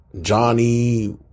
Johnny